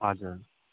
हजुर